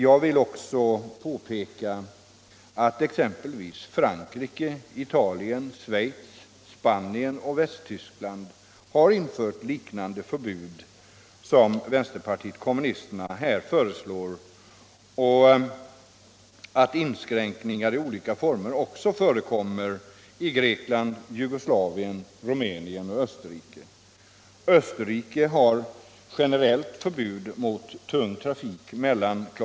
Jag vill också påpeka att exempelvis Frankrike, Italien, Schweiz, Spanien och Västtyskland har infört förbud liknande det som vänsterpartiet kommunisterna här föreslår och att inskränkningar i olika former förekommer även i Grekland, Jugoslavien, Rumänien och Österrike. Österrike har generellt förbud mot tung trafik mellan kl.